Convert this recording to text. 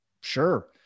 sure